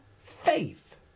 faith